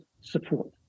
support